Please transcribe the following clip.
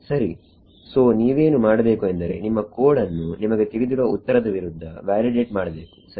ಸರಿ ಸೋನೀವೇನು ಮಾಡಬೇಕು ಎಂದರೆ ನಿಮ್ಮ ಕೋಡ್ ಅನ್ನು ನಿಮಗೆ ತಿಳಿದಿರುವ ಉತ್ತರದ ವಿರುದ್ಧ ವ್ಯಾಲಿಡೇಟ್ ಮಾಡಬೇಕು ಸರಿ